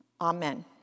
Amen